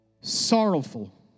sorrowful